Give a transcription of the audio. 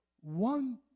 One